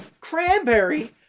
Cranberry